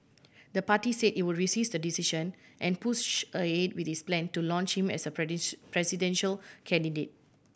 the party say it would resist the decision and push ahead with its plan to launch him as presidential candidate